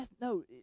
No